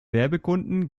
werbekunden